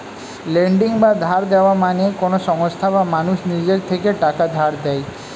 lending বা ধার দেওয়া মানে কোন সংস্থা বা মানুষ নিজের থেকে টাকা ধার দেয়